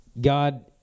God